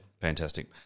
Fantastic